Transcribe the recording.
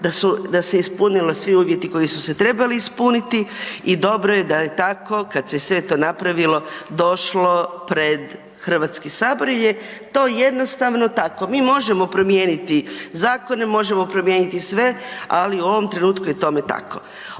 da se ispunila svi uvjeti koji su se trebali ispuniti i dobro je da je tako, kad se je sve to napravilo došlo pred HS jel je to jednostavno tako. Mi možemo promijeniti zakone, možemo promijeniti sve, ali u ovom trenutku je tome tako.